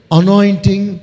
anointing